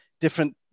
different